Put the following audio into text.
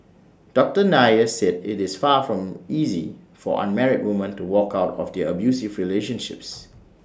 doctor Nair said IT is far from easy for unmarried woman to walk out of their abusive relationships